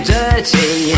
dirty